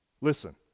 Listen